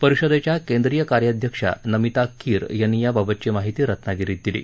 परिषदेच्या केंद्रीय कार्याध्यक्षा नमिता कीर यांनी याबाबतची माहिती रत्नागिरीत दिली